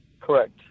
Correct